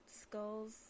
skulls